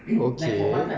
okay